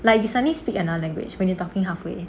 like you suddenly speak another language when you talking halfway